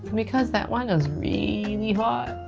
because that one is really hot.